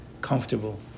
comfortable